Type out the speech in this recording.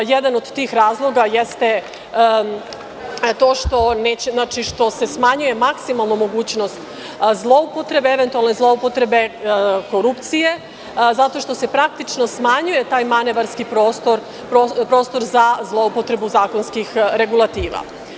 Jedan od tih razloga jeste to što se smanjuje maksimalna mogućnost zloupotrebe, eventualne zloupotrebe korupcije zato što se praktično smanjuje taj manevarski prostor za zloupotrebu zakonskih regulativa.